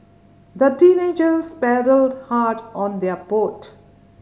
the teenagers paddled hard on their boat